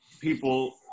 people